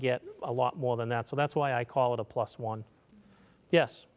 get a lot more than that so that's why i call it a plus one